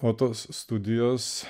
o tos studijos